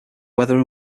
whether